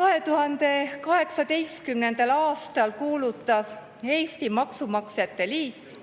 2018. aastal kuulutas Eesti Maksumaksjate Liit